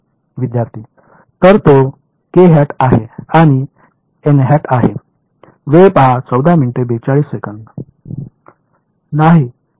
विद्यार्थीः तर तो आहे आणि आहे नाही आम्ही काय करतो